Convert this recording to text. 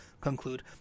conclude